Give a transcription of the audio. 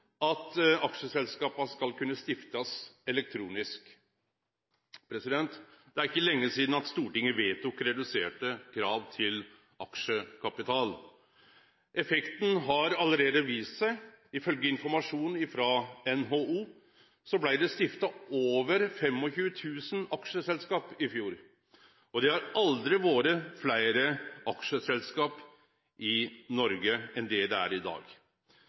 at aksjeselskapa skal kunne stiftast elektronisk. Det er ikkje lenge sidan Stortinget vedtok reduserte krav til aksjekapital. Effekten har allereie vist seg. Ifølgje informasjon frå NHO blei det stifta over 25 000 aksjeselskap i fjor, og det har aldri vore fleire aksjeselskap i Noreg enn det er i dag.